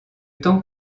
temps